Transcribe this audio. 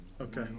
okay